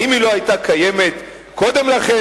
האם היא לא היתה קיימת קודם לכן,